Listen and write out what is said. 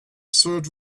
served